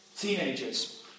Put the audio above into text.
teenagers